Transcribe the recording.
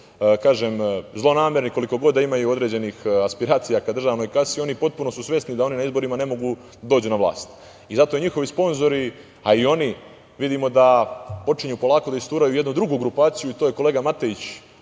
kažem, zlonamerni, koliko god da imaju određenih aspiracija ka državnoj kasi, oni su potpuno svesni da oni na izborima ne mogu da dođu na vlast. Zato njihovi sponzori, a i oni počinju da isturaju jednu drugu grupaciju, a to je kolega Matejić